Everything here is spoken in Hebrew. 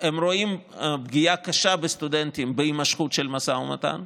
הם רואים פגיעה קשה בסטודנטים בהימשכות של המשא ומתן.